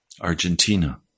Argentina